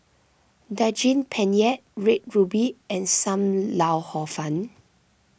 Saging Penyet Red Ruby and Sam Lau Hor Fun